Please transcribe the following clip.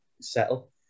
settle